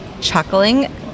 Chuckling